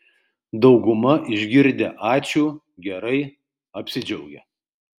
dauguma išgirdę ačiū gerai apsidžiaugia